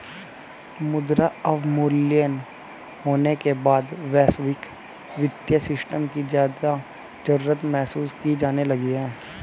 मुद्रा अवमूल्यन होने के बाद वैश्विक वित्तीय सिस्टम की ज्यादा जरूरत महसूस की जाने लगी